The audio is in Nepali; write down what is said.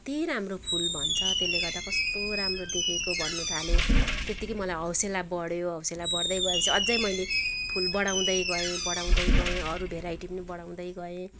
कति रामो फुल भन्छ त्यसले गर्दा कोस्तो राम्रो देखेको भन्नु थाल्यो त्यतिकै मलाई हौसला बढ्यो हौसला बढ्दै गएपछि अझै मैले फुल बढाउँदै गएँ बढाउँदै गएँ अरू भेराइटी पनि बढाउँदै गएँ